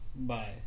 Bye